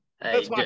Hey